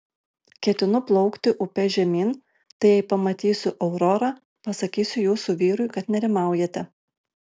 ketinu plaukti upe žemyn tai jei pamatysiu aurorą pasakysiu jūsų vyrui kad nerimaujate